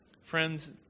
friends